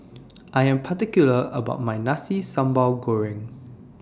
I Am particular about My Nasi Sambal Goreng